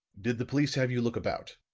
did the police have you look about?